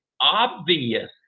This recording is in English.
obvious